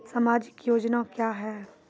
समाजिक योजना क्या हैं?